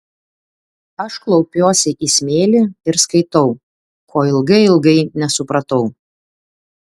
aš klaupiuosi į smėlį ir skaitau ko ilgai ilgai nesupratau